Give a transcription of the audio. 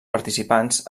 participants